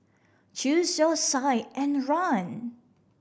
choose your side and run